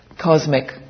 cosmic